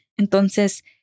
Entonces